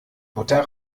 butter